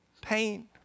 pain